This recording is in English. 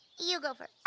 you go but